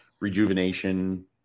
rejuvenation